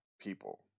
people